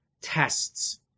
tests